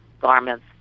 garments